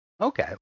Okay